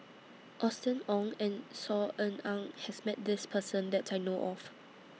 Austen Ong and Saw Ean Ang has Met This Person that I know of